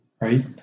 Right